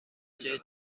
جای